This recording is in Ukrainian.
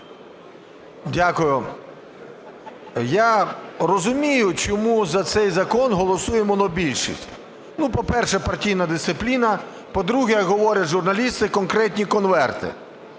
Дякую. Я розумію, чому за цей закон голосує монобільшість. Ну по-перше, партійна дисципліна. По-друге, говорять журналісти – конкретні конверти.